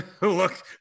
Look